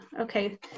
Okay